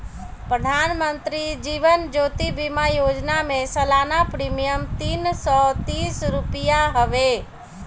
प्रधानमंत्री जीवन ज्योति बीमा योजना में सलाना प्रीमियम तीन सौ तीस रुपिया हवे